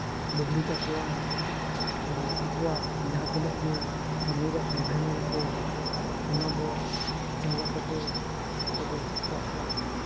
ᱞᱩᱜᱽᱲᱤ ᱠᱟᱠᱚᱣᱟ ᱟᱨ ᱟᱠᱚᱣᱟᱜ ᱡᱟᱦᱟᱸᱛᱤᱱᱟᱹᱜ ᱜᱮ ᱠᱟᱹᱢᱤ ᱨᱮᱭᱟᱜ ᱠᱟᱹᱨᱫᱷᱟᱹᱱᱤᱭᱟᱠᱚ ᱚᱱᱟ ᱵᱚ ᱪᱟᱞᱟᱠᱚ ᱛᱮ ᱟᱠᱚ ᱫᱚ ᱟᱠᱚᱣᱟᱜ ᱚᱲᱟᱜ